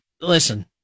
Listen